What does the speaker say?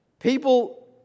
People